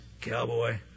cowboy